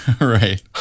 right